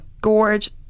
Gorge